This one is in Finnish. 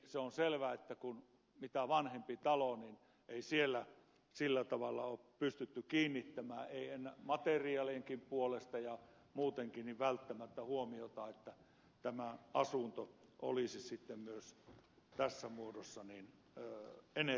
se on selvää että mitä vanhempi talo niin ei siellä sillä tavalla ole pystytty kiinnittämään ei materiaalienkaan puolesta ja muutenkaan välttämättä huomiota siihen että tämä asunto olisi sitten myös tässä muodossa energiaa säästävä